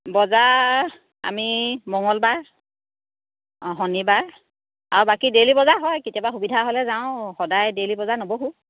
বজাৰ আমি মঙলবাৰ শনিবাৰ আৰু বাকী ডেইলি বজাৰ হয় কেতিয়াবা সুবিধা হ'লে যাওঁ সদায় ডেইলি বজাৰ ন'বহোঁ